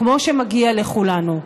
כמו שמגיע לכולנו.